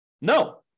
No